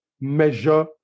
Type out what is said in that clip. measure